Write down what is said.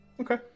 Okay